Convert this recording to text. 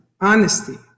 honesty